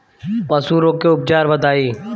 पशु रोग के उपचार बताई?